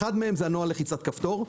אחד מהם זה נוהל לחיצת כפתור.